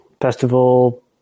festival